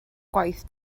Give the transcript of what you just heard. gwaith